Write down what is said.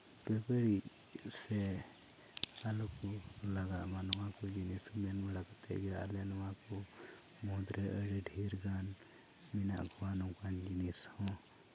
ᱵᱮ ᱵᱟᱹᱲᱤᱡ ᱥᱮ ᱟᱞᱚ ᱠᱚ ᱞᱟᱜᱟᱜ ᱢᱟ ᱱᱚᱣᱟ ᱠᱚ ᱡᱤᱱᱤᱥ ᱢᱮᱱ ᱞᱟᱹᱠᱛᱤ ᱜᱮ ᱟᱞᱮ ᱱᱚᱣᱟ ᱠᱚ ᱢᱩᱫᱽᱨᱮ ᱟᱹᱰᱤ ᱰᱷᱮᱨ ᱜᱟᱱ ᱢᱮᱱᱟᱜ ᱠᱚᱣᱟ ᱱᱚᱝᱠᱟᱱ ᱡᱤᱱᱤᱥ ᱦᱚᱸ